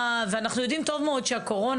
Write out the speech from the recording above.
ואנחנו יודעים טוב מאוד שהקורונה,